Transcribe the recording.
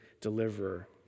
deliverer